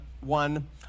one